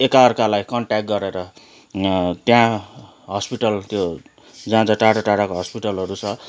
एकअर्कालाई कन्ट्याक्ट गरेर त्यहाँ हस्पिटल त्यो जहाँ चाहिँ टाडो टाडोको हस्पिटलहरू छ